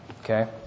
okay